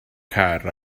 car